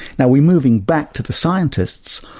now we're moving back to the scientists.